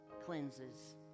cleanses